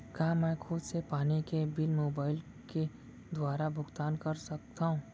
का मैं खुद से पानी के बिल मोबाईल के दुवारा भुगतान कर सकथव?